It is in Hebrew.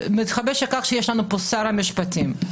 יש פה שר המשפטים,